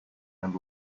and